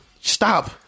Stop